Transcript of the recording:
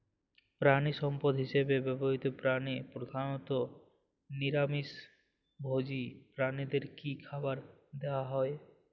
প্রাণিসম্পদ হিসেবে ব্যবহৃত প্রাণী প্রধানত নিরামিষ ভোজী প্রাণীদের কী খাবার দেয়া হয়?